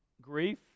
grief